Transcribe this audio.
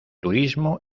turismo